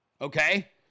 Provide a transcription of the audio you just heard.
okay